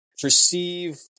perceive